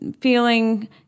feeling